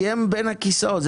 כי הם בין הכיסאות,